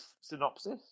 synopsis